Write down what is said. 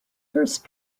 first